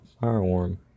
firearm